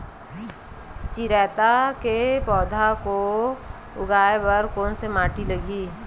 चिरैता के पौधा को उगाए बर कोन से माटी लगही?